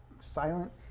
silent